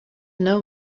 know